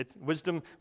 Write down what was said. Wisdom